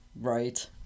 Right